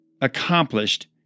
accomplished